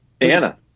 anna